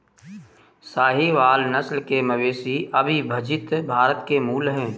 साहीवाल नस्ल के मवेशी अविभजित भारत के मूल हैं